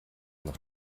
noch